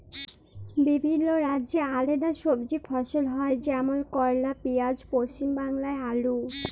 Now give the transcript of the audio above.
বিভিল্য রাজ্যে আলেদা সবজি ফসল হ্যয় যেমল করলা, পিয়াঁজ, পশ্চিম বাংলায় আলু